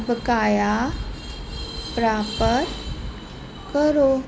ਬਕਾਇਆ ਪ੍ਰਾਪਤ ਕਰੋ